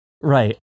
Right